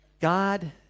God